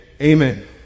Amen